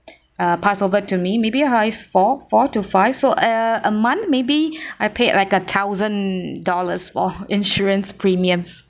uh pass over to me maybe high four four to five so uh a month maybe I paid like a thousand dollars for insurance premiums